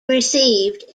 received